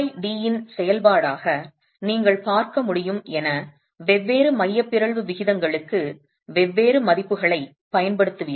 hd இன் செயல்பாடாக நீங்கள் பார்க்க முடியும் என வெவ்வேறு மைய பிறழ்வு விகிதங்களுக்கு வெவ்வேறு மதிப்புகளைப் பயன்படுத்துவீர்கள்